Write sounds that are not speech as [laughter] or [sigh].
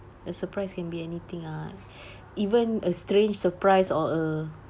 a surprise can be anything ah [breath] even a strange surprise or a